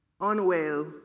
unwell